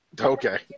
Okay